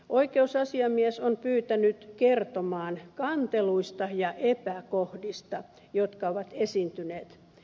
oikeusasiamies on pyytänyt kertomaan kanteluista ja epäkohdista joita on esiintynyt